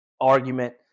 argument